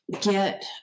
get